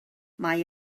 mae